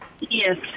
Yes